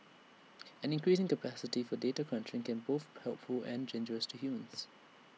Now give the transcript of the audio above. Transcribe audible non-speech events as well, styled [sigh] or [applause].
an increasing capacity for data crunching can both helpful and [unintelligible] to humans